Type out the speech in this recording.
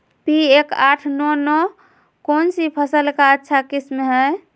P एक आठ नौ नौ कौन सी फसल का अच्छा किस्म हैं?